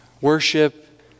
worship